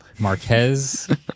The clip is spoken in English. Marquez